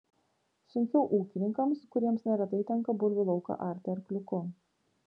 sunkiau ūkininkams kuriems neretai tenka bulvių lauką arti arkliuku